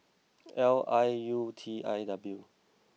L I U T I W